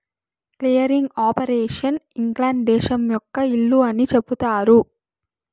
clearing operation England దేశం యొక్క ఇల్లు అని చెబుతారు